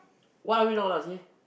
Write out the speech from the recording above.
what are we gonna say